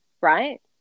Right